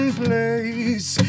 place